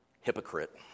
hypocrite